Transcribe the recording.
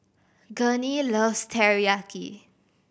Gurney loves Teriyaki